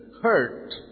hurt